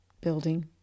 building